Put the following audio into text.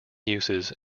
uses